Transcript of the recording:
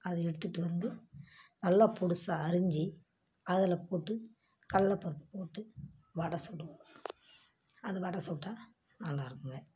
அதை எடுத்துகிட்டு வந்து நல்ல பொடிசா அறிஞ்சு அதில் போட்டு கடல பருப்பு போட்டு வடை சுடுவோம் அது வடை சுட்டால் நல்லாயிருக்குங்க